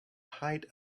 height